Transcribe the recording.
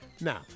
Now